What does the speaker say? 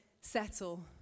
settle